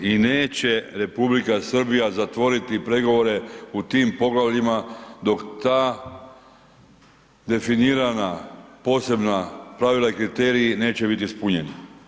I neće Republika Srbija zatvoriti pregovore u tim poglavljima dok ta definirana, posebna pravila i kriteriji neće biti ispunjeni.